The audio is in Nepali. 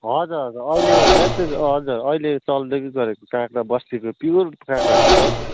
हजुर हजुर अहिले लेटेस्ट हजुर अहिले चल्दै गरेको काँक्रा बस्तीको प्युर काँक्राहरू छ